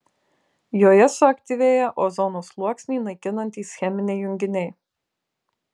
joje suaktyvėja ozono sluoksnį naikinantys cheminiai junginiai